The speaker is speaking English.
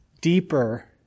deeper